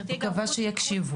אני מקווה שיקשיבו.